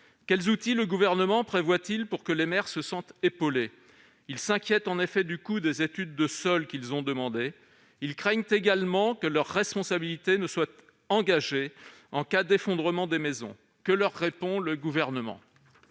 Quels outils le Gouvernement prévoit-il pour que les maires se sentent épaulés ? Ils s'inquiètent en effet du coût des études de sols qu'ils ont demandées. Ils craignent également que leur responsabilité ne soit engagée en cas d'effondrement des maisons. Que leur répond le Gouvernement ?